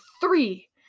three